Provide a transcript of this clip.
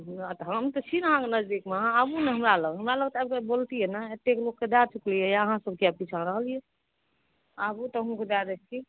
तऽ हम तऽ छी ने अहाँके नजदीकमे अहाँ आबू ने हमरा लग हमरा लग तऽ आबि कऽ बोलतियै ने एतेक लोकके दए चुकलियै अहाँ सब किए पिछाँ रहलियै आबु तऽ अहुँके दए दै छी